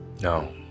No